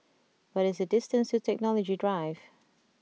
what is the distance to Technology Drive